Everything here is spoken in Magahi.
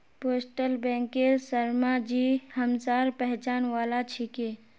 पोस्टल बैंकेर शर्माजी हमसार पहचान वाला छिके